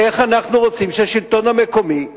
איך אנחנו רוצים שהשלטון המקומי יתנהל?